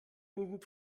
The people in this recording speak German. dem